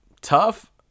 tough